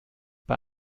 bei